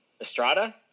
Estrada